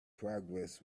progress